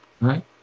right